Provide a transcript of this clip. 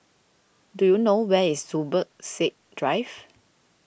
do you know where is Zubir Said Drive